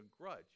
grudge